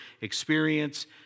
experience